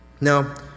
Now